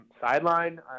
sideline